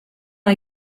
hay